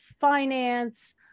Finance